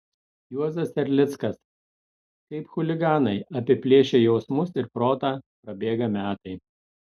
juozas erlickas kaip chuliganai apiplėšę jausmus ir protą prabėga metai